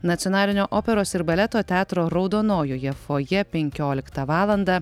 nacionalinio operos ir baleto teatro raudonojoje fojė penkioliktą valandą